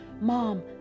mom